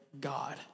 God